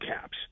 caps